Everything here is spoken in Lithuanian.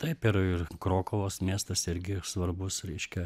taip ir krokuvos miestas irgi svarbus reiškia